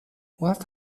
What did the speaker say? what